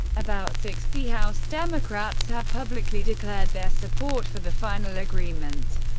about sixty house democrats have publicly declared their support for the final agreement,